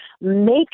make